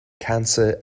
cancer